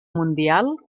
mundial